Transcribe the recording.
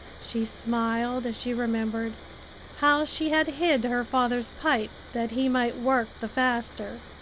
she smiled as she remembered how she had hid her father's pipe that he might work the faster,